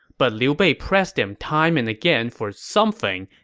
but liu bei pressed him time and again for something,